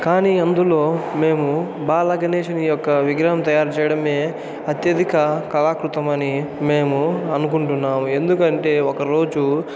కానీ అందులో మేము బాలగణేషుని యొక్కవిగ్రహం తయారు చేయడమే అత్యధిక కళా కృతమని మేము అనుకుంటున్నాము ఎందుకంటే ఒకరోజు